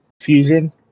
fusion